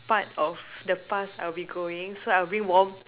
part of the past I'll be going so I will bring warm